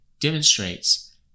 demonstrates